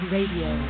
Radio